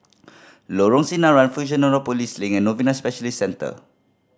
Lorong Sinaran Fusionopolis Link and Novena Specialist Center